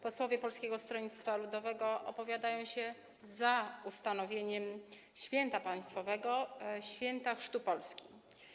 Posłowie Polskiego Stronnictwa Ludowego opowiadają się za ustanowieniem święta państwowego - Święta Chrztu Polski.